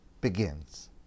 begins